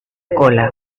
cola